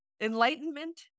Enlightenment